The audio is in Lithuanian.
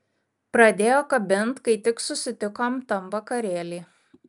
pradėjo kabint kai tik susitikom tam vakarėly